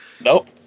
Nope